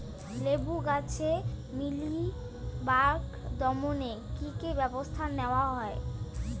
লেবু গাছে মিলিবাগ দমনে কী কী ব্যবস্থা নেওয়া হয়?